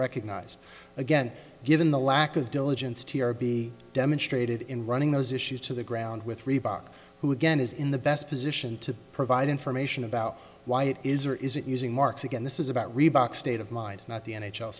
recognised again given the lack of diligence to be demonstrated in running those issues to the ground with reebok who again is in the best position to provide information about why it is or is it using mark's again this is about reebok state of mind not the n